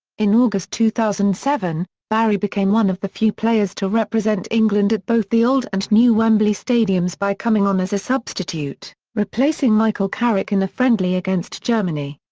in august two thousand and seven, barry became one of the few players to represent england at both the old and new wembley stadiums by coming on as a substitute, replacing michael carrick in a friendly against germany.